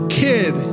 kid